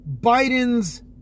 Biden's